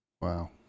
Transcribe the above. Wow